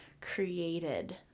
created